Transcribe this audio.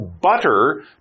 butter